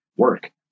work